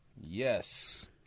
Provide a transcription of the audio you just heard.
Yes